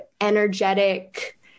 energetic